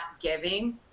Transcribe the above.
giving